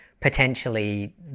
potentially